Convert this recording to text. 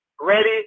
ready